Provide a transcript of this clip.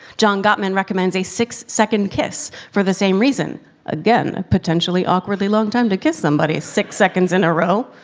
john gottman recommends a six-second kiss for the same reason again, a potentially awkwardly-long time to kiss somebody. six seconds in a row.